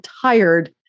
tired